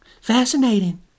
Fascinating